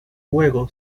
juego